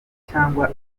cyangwa